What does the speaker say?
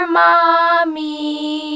mommy